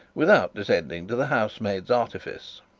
without descending to the housemaid's artifice.